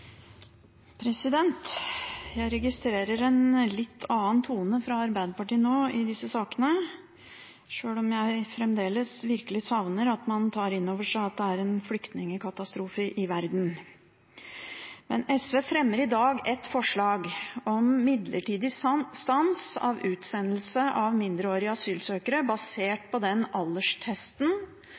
Jeg registrerer en litt annen tone fra Arbeiderpartiet nå i disse sakene, sjøl om jeg fremdeles virkelig savner at man tar inn over seg at det er en flyktningkatastrofe i verden. Men SV fremmer i dag et forslag om midlertid stans av utsendelse av mindreårige asylsøkere, basert på den alderstesten